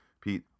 pete